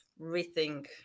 rethink